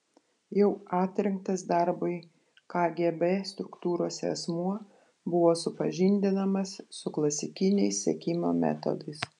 jau atrinktas darbui kgb struktūrose asmuo buvo supažindinamas su klasikiniais sekimo metodais